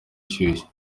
ashyushye